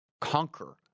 conquer